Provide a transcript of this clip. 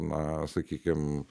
na sakykim